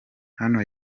hano